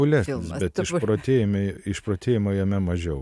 tobulesnis bet išprotėjime išprotėjimo jame mažiau